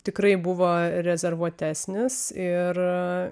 tikrai buvo rezervuotesnis ir